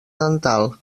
dental